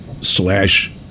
slash